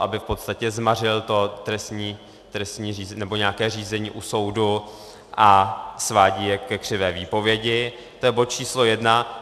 aby v podstatě zmařil trestní nebo nějaké řízení u soudu, a svádí je ke křivé výpovědi, to je bod číslo jedna.